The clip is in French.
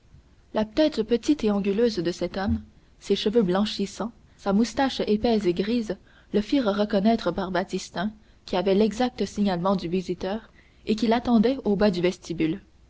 la tête petite et anguleuse de cet homme ses cheveux blanchissants sa moustache épaisse et grise le firent reconnaître par baptistin qui avait l'exact signalement du visiteur et qui l'attendait au bas du vestibule